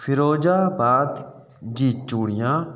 फिरोज़ाबाद जी चूड़िया